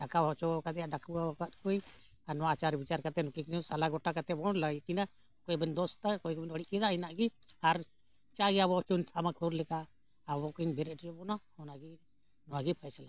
ᱰᱟᱠᱟᱣ ᱦᱚᱪᱚᱣ ᱟᱠᱟᱫᱮᱭᱟ ᱰᱟᱠᱟᱣ ᱟᱠᱟᱫ ᱠᱚᱣᱟᱹᱧ ᱟᱨ ᱱᱚᱣᱟ ᱟᱪᱟᱨ ᱵᱤᱪᱟᱹᱨ ᱠᱟᱛᱮᱫ ᱱᱩᱠᱤᱱ ᱥᱟᱞᱟ ᱜᱚᱴᱟ ᱠᱟᱛᱮᱫ ᱵᱚᱱ ᱞᱟᱹᱭᱟᱠᱤᱱᱟᱹ ᱚᱠᱚᱭ ᱵᱮᱱ ᱫᱳᱥ ᱫᱟ ᱚᱠᱚᱭ ᱵᱮᱱ ᱵᱟᱹᱲᱤᱡ ᱠᱮᱫᱟ ᱤᱱᱟᱹᱜ ᱜᱮ ᱟᱨ ᱡᱟᱜᱮ ᱟᱵᱚ ᱪᱩᱱ ᱛᱷᱟᱢᱟᱠᱩᱨ ᱞᱮᱠᱟ ᱟᱵᱚ ᱠᱚᱧ ᱵᱮᱨᱮᱫ ᱦᱚᱪᱚᱭᱮᱫ ᱵᱚᱱᱟ ᱚᱱᱟᱜᱮ ᱵᱷᱟᱜᱮ ᱯᱷᱚᱭᱥᱟᱞᱟ